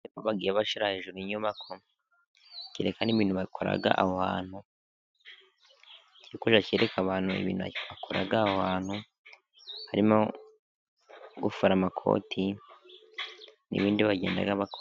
Ikantu bagiye bashira hejuru y'inyubako kerekana ibintu bakora aho hantu Kiri kujya kereka ibyo abantu bakora aho hantu harimo gufara amakoti n'ibindi bagenda bakora.